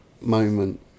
moment